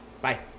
Bye